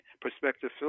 prospective